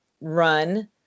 run